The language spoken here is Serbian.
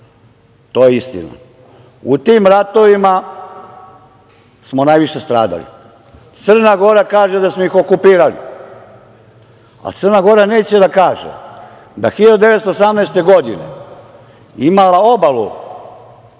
To je istina.U tim ratovima smo najviše stradali. Crna Gora kaže da smo ih okupirali. A Crna Gora neće da kaže da je 1918. godine imala obalu